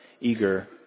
eager